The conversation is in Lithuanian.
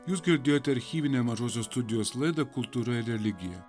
jūs girdėjote archyvinę mažosios studijos laidą kultūra ir religija